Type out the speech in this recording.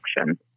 action